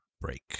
break